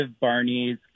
Barney's